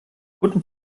guten